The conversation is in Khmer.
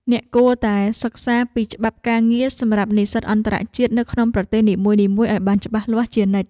អ្នកគួរតែសិក្សាពីច្បាប់ការងារសម្រាប់និស្សិតអន្តរជាតិនៅក្នុងប្រទេសនីមួយៗឱ្យបានច្បាស់លាស់ជានិច្ច។